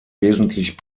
wesentlich